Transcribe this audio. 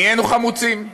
נהיינו חמוצים.